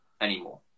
anymore